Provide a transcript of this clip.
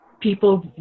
people